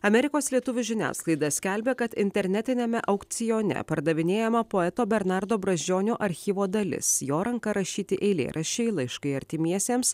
amerikos lietuvių žiniasklaida skelbia kad internetiniame aukcione pardavinėjama poeto bernardo brazdžionio archyvo dalis jo ranka rašyti eilėraščiai laiškai artimiesiems